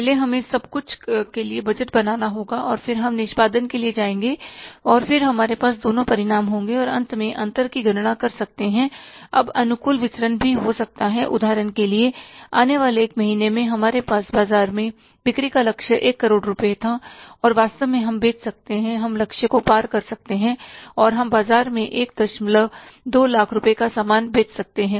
पहले हमें सब कुछ के लिए बजट बनाना होगा और फिर हम निष्पादन के लिए जाएंगे और फिर हमारे पास दोनों परिणाम होंगे और अंत में अंतर की गणना कर सकते हैं अब अनुकूल विचरन भी हो सकता है उदाहरण के लिए आने वाले एक महीने में हमारे पास बाजार में बिक्री का लक्ष्य एक करोड़ रुपये था और वास्तव में हम बेच सकते हैं हम लक्ष्य को पार कर सकते हैं और हम बाजार में 12 लाख मूल्य का सामान बेच सकते हैं